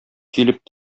килеп